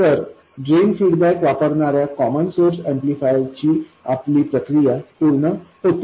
तर drain feedback वापरणाऱ्या common source amplifier ची आपली प्रक्रिया पूर्ण होते